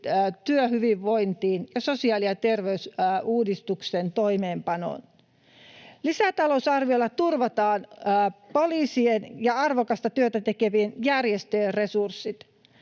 työhyvinvointiin ja sosiaali- ja terveysuudistuksen toimeenpanoon. Lisätalousarviolla turvataan poliisien ja arvokasta työtä tekevien järjestöjen resurssit.